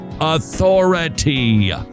authority